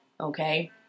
okay